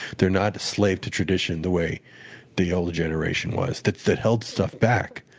they're not a slave to tradition the way the old generation was. that that held stuff back.